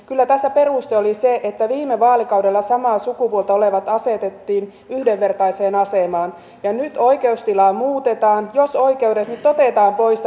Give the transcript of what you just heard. kyllä tässä peruste oli se että viime vaalikaudella samaa sukupuolta olevat asetettiin yhdenvertaiseen asemaan ja nyt oikeustila muutetaan jos oikeudet otetaan pois